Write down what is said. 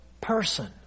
person